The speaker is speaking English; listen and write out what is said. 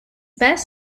best